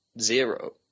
zero